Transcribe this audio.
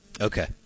Okay